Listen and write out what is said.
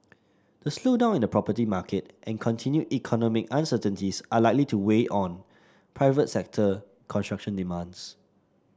the slowdown in the property market and continued economic uncertainties are likely to weigh on private sector construction demands